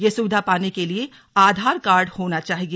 यह सुविधा पाने के लिए आधार कार्ड होना चाहिए